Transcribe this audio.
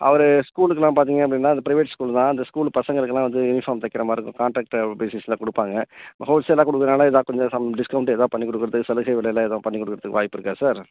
அவர் ஸ்கூலுக்குல்லாம் பார்த்தீங்க அப்படின்னா அது ப்ரைவேட் ஸ்கூல் தான் அந்த ஸ்கூலு பசங்களுக்கெலாம் வந்து யூனிஃபார்ம் தைக்கிற மாதிரி இருக்கும் காண்ட்ராக்ட்டு பேசிஸில் கொடுப்பாங்க ஹோல்சேலாக கொடுக்குறாங்களா ஏதா கொஞ்சும் சம் டிஸ்கௌண்ட்டு ஏதா பண்ணிக் கொடுக்கறதுக்கு சலுகை விலையில் ஏதா பண்ணிக் கொடுக்கறதுக்கு வாய்ப்பு இருக்கா சார்